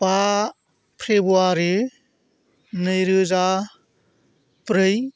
बा फेबुवारि नैरोजा ब्रै